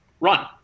Run